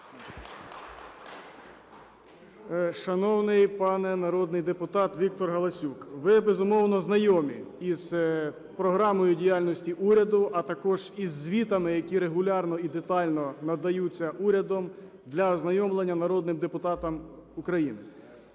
Шановний пане народний депутат Віктор Галасюк, ви, безумовно, знайомі із програмою діяльності уряду, а також із звітами, які регулярно і детально надаються урядом для ознайомлення народним депутатам України.